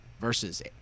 versus